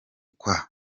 kwa